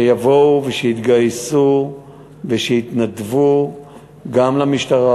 שיבואו ושיתגייסו ושיתנדבו גם למשטרה,